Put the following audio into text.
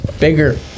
bigger